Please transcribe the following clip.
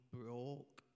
broke